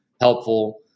helpful